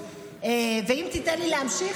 אם תיתן לי להמשיך,